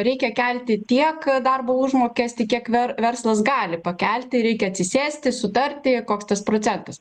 reikia kelti tiek darbo užmokestį kiek ver verslas gali pakelti reikia atsisėsti sutarti koks tas procesas